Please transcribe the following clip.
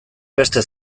beste